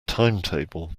timetable